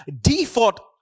default